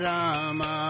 Rama